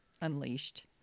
unleashed